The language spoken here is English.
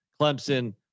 Clemson